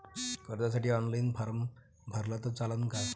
कर्जसाठी online form भरला तर चालन का?